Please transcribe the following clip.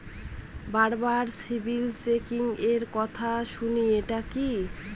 বারবার সিবিল চেকিংএর কথা শুনি এটা কি?